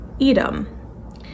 Edom